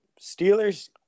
Steelers